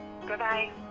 Goodbye